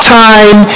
time